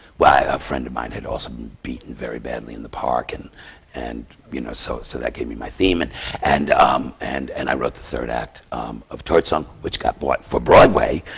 well, a friend of mine had also been beaten very badly in the park, and and you know, so so that gave me my theme. and and um and and i wrote the third act of torch song, which got bought for broadway!